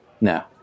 No